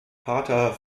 pater